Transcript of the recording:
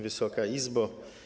Wysoka Izbo!